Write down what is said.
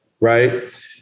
right